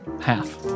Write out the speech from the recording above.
Half